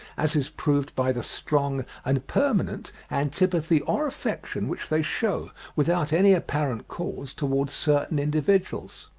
as is proved by the strong and permanent antipathy or affection which they shew, without any apparent cause, towards certain individuals.